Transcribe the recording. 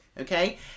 okay